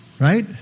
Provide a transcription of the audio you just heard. Right